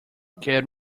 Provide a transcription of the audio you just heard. get